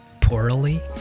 poorly